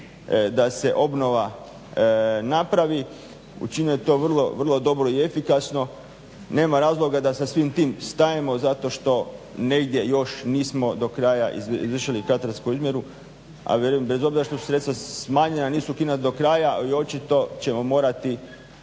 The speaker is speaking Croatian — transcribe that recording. da se obnova napravi. Učinjeno je to vrlo dobro i efikasno. Nema razloga da sa svim tim stajemo zato što negdje još nismo do kraja izvršili katastarsku izmjeru, a vjerujem bez obzira što su sredstva smanjena nisu ukinuta do kraja ali očito ćemo morati